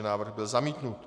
Návrh byl zamítnut.